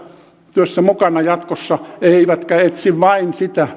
työssä mukana jatkossa eivätkä etsi vain sitä